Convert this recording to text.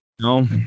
no